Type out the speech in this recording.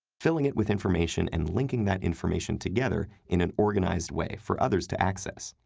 filling it with information and linking that information together in an organized way for others to access.